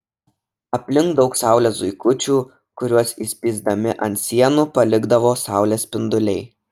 aplink daug saulės zuikučių kuriuos įspįsdami ant sienų palikdavo saulės spinduliai